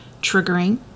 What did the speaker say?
triggering